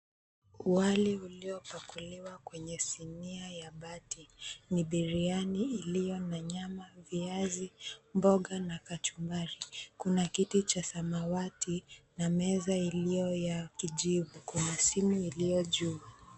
Wali uliopakuliwa kwenye sinia ya bati, ni biriani iliyo na nyama, viazi, mboga na kachumbari. Kuna kiti cha samawati na meza iliyo ya kijivu. Kuna simu iliyo juu.